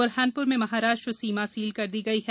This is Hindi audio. बुरहानपुर में महाराष्ट्र सीमा सील कर दी गई है